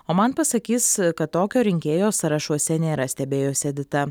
o man pasakys kad tokio rinkėjo sąrašuose nėra stebėjosi edita